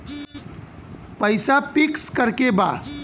पैसा पिक्स करके बा?